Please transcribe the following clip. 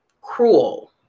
cruel